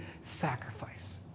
sacrifice